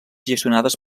gestionades